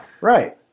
Right